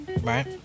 Right